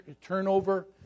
turnover